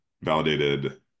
validated